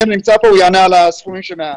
הוא יענה על הסכומים שמעל.